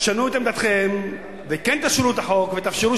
תשנו את עמדתכם וכן תאשרו את החוק ותאפשרו